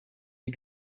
die